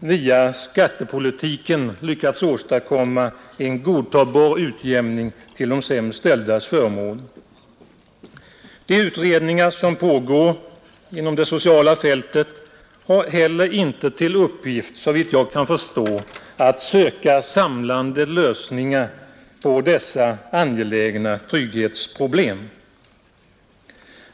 via skattepolitiken lyckats åstadkomma en godtagbar utjämning till de sämst ställdas förmån, De utredningar som pågår inom det sociala fältet har inte — såvitt jag kan förstå — till uppgift att söka samlande lösningar på dessa angelägna trygghetsproblem.